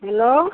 hello